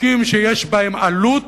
חוקים שיש בהם עלות,